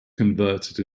converted